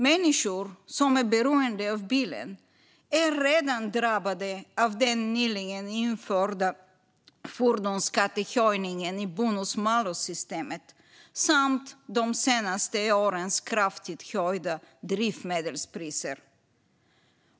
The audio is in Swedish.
Människor som är beroende av bilen är redan drabbade av den nyligen införda fordonsskattehöjningen i bonus-malus-systemet samt de senaste årens kraftigt höjda drivmedelspriser.